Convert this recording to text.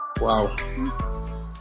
Wow